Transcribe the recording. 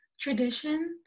tradition